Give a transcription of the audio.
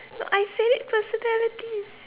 no I said it personality